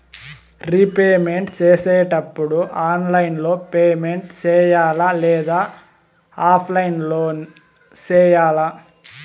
repayment సేసేటప్పుడు online లో payment సేయాలా లేదా ఆఫ్లైన్ లో సేయాలా